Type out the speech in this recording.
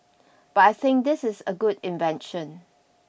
but I think this is a good invention